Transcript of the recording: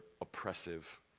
oppressive